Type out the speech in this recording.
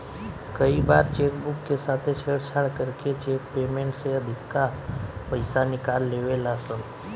कई बार cheque book के साथे छेड़छाड़ करके चेक पेमेंट से अधिका पईसा निकाल लेवे ला सन